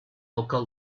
local